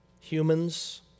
humans